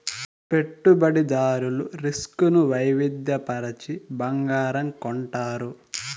పెట్టుబడిదారులు రిస్క్ ను వైవిధ్య పరచి బంగారం కొంటారు